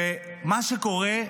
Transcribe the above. ומה שקורה,